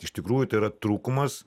iš tikrųjų tai yra trūkumas